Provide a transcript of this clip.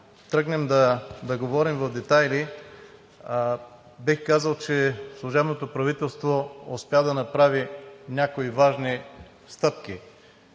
тръгнем да говорим в детайли, бих казал, че служебното правителство успя да направи някои важни стъпки.